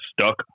stuck